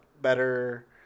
better